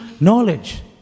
knowledge